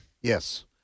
Yes